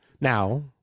Now